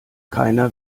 keiner